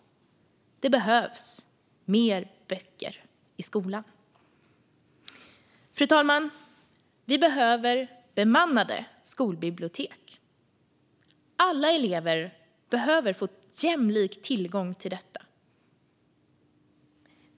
Det behövs mer böcker i skolan. Fru talman! Vi behöver bemannade skolbibliotek. Alla elever behöver få jämlik tillgång till detta.